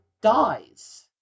dies